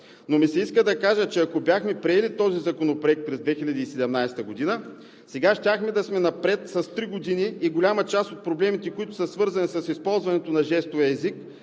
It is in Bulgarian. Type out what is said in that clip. Но ми се иска да кажа, че ако бяхме приели този законопроект през 2017 г., сега щяхме да сме напред с три години и голяма част от проблемите, които са свързани с използването на жестовия език,